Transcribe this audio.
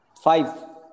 Five